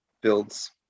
builds